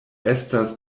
estas